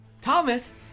Thomas